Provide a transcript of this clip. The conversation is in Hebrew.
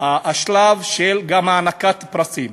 של הענקת פרסים,